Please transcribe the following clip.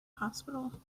hospital